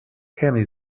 kenny